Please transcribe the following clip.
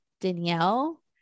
Danielle